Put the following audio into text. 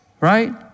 Right